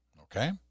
Okay